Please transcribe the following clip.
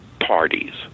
parties